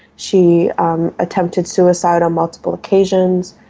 she um attempted suicide on multiple occasions.